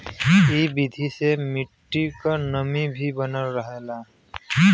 इ विधि से मट्टी क नमी भी बनल रहला